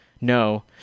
No